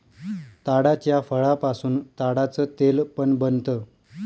ताडाच्या फळापासून ताडाच तेल पण बनत